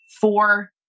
four